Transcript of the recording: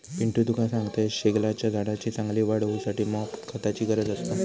पिंटू तुका सांगतंय, शेगलाच्या झाडाची चांगली वाढ होऊसाठी मॉप खताची गरज असता